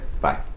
Bye